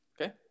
Okay